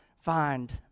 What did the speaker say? find